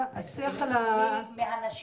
25% מהנשים.